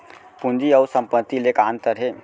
पूंजी अऊ संपत्ति ले का अंतर हे?